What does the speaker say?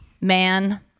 Man